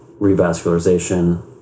revascularization